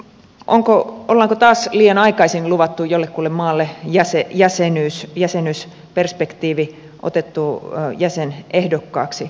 onko taas liian aikaisin luvattu jollekin maalle jäsenyys jäsenyysperspektiivi otettu jäsenehdokkaaksi